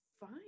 fine